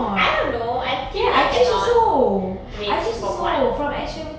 I don't know I feel like cannot wait so from what